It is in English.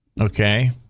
okay